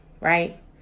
right